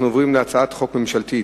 אנחנו עוברים להצעת חוק ממשלתית,